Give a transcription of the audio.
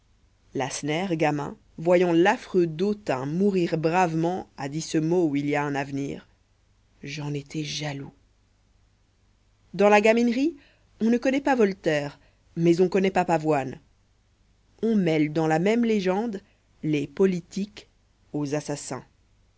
lacenaire gamin voyant l'affreux dautun mourir bravement a dit ce mot où il y a un avenir j'en étais jaloux dans la gaminerie on ne connaît pas voltaire mais on connaît papavoine on mêle dans la même légende les politiques aux assassins